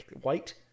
white